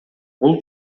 бул